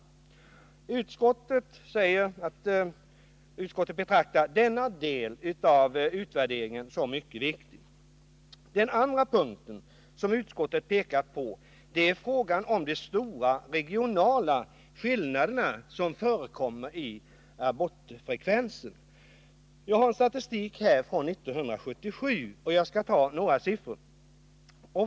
Utskottet betraktar denna del av utvärderingen som mycket viktig. Den andra punkten som utskottet pekat på är frågan om de stora regionala skillnaderna i abortfrekvensen. Jag har statistik från 1977 och skall här redovisa några siffror.